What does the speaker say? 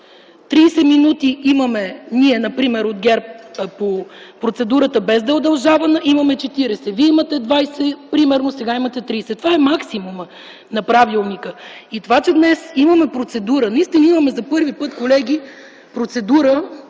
от ГЕРБ имаме 30 минути по процедурата, без да е удължавана – имаме 40. Вие имате 20 - примерно сега имате 30. Това е максимумът на правилника. Това, че днес имаме процедура – наистина имаме за първи път, колеги, процедура